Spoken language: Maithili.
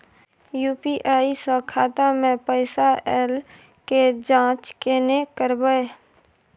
यु.पी.आई स खाता मे पैसा ऐल के जाँच केने करबै?